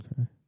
Okay